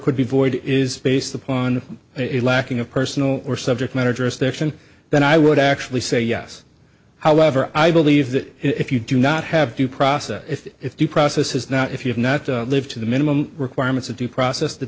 could be void is based upon it lacking a personal or subject matter jurisdiction then i would actually say yes however i believe that if you do not have due process if the process is not if you have not lived to the minimum requirements of due process t